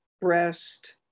breast